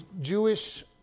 Jewish